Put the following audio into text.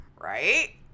Right